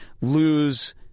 lose